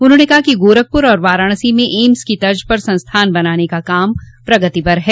उन्होंने कहा कि गोरखपुर और वाराणसी म एम्स की तज पर संस्थान बनाने का काम प्रगति पर है